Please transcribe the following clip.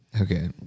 Okay